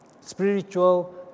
spiritual